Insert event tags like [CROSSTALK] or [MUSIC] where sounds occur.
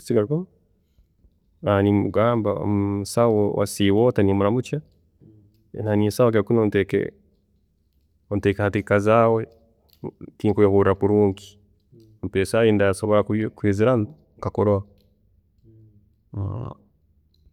[HESITATION] nimugamba musaho wasiiba ota nimuramukya, naaba ninsaba kiro kinu onteeke hanteekateeka zaawe tinkwehuurra kurungi, mpa esaaha eyindaasobola [HESITATION] kwizilamu nkakurola.